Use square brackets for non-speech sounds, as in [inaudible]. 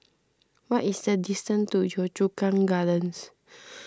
what is the distance to Yio Chu Kang Gardens [noise]